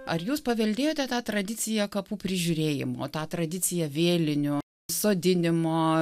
ar jūs paveldėjote tą tradiciją kapų prižiūrėjimu tą tradiciją vėlinių sodinimo